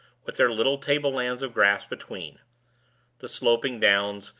with their little table-lands of grass between the sloping downs,